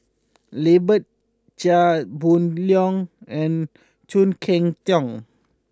Lambert Chia Boon Leong and Khoo Cheng Tiong